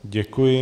Děkuji.